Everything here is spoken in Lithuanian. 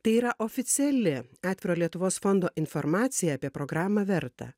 tai yra oficiali atviro lietuvos fondo informacija apie programą verta